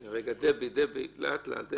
עיקול מיטלטלין לפי סעיף 21(א), למעט רכב,